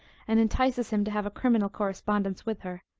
and entices him to have criminal correspondence with her,